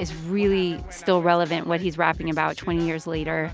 is really still relevant, what he's rapping about, twenty years later.